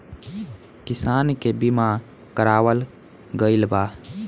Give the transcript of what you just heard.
किसान के बीमा करावल गईल बा